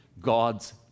God's